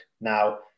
now